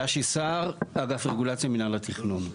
אני יאשי סער, אגף רגולציה במינהל התכנון.